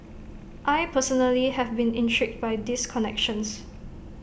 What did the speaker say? I personally have been intrigued by these connections